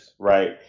right